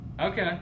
okay